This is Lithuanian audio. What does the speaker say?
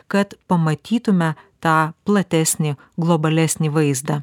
kad pamatytume tą platesnį globalesnį vaizdą